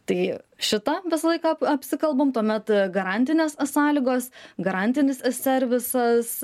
tai šitą visą laiką ap apsikalbam tuomet garantinės sąlygos garantinis servisas